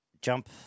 Jump